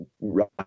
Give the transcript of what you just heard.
right